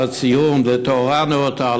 לציוד ולתאורה נאותה,